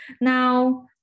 Now